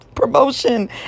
promotion